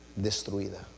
destruida